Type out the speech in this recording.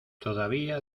todavía